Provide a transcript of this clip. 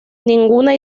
ninguna